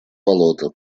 болото